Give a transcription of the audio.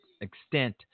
extent